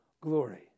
glory